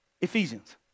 Ephesians